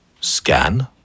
Scan